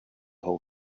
whole